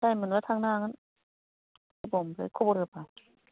time मोनबा थांनो हागोन गोबावनिफ्राय खबर होबा